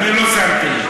אני לא שמתי לב.